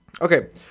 Okay